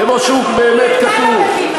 שאתה צריך לקרוא את החוק,